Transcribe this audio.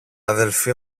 αδελφή